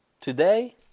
today